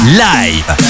live